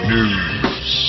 News